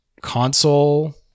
console